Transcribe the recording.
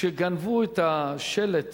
כשגנבו את השלט